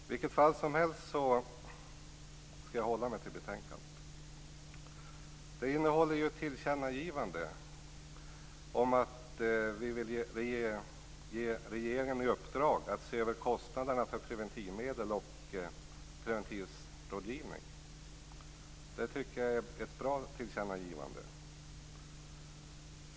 I vilket fall som helst skall jag hålla mig till betänkandet. Betänkandet innehåller ett tillkännagivande om att vi vill ge regeringen i uppdrag att se över kostnaderna för preventivmedel och preventivmedelsrådgivning. Jag tycker att det är ett bra tillkännagivande.